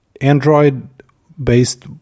Android-based